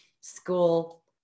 school